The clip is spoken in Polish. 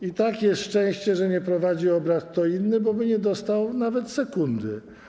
I tak to jest szczęście, że nie prowadził obrad ktoś inny, bo by nie dostał nawet sekundy.